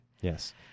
Yes